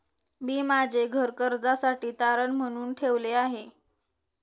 मी माझे घर कर्जासाठी तारण म्हणून ठेवले आहे